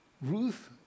Ruth